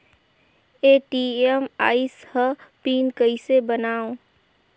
ATM आइस ह PIN कइसे बनाओ?